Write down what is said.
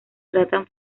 tratan